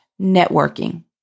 networking